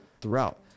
throughout